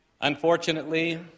Unfortunately